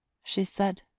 she said,